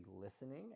listening